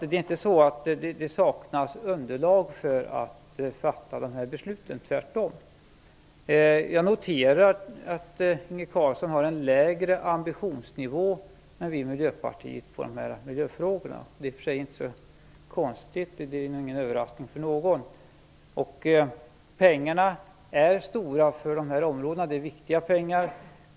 Det saknas alltså inte underlag för att fatta de här besluten - tvärtom! Jag noterar att Inge Carlsson har en lägre ambitionsnivå än vi i Miljöpartiet i dessa miljöfrågor. Det är i och för sig inte så konstigt; det är nog ingen överraskning för någon. Det är stora pengar för de här områdena, och det är viktiga pengar.